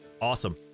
Awesome